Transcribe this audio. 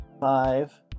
five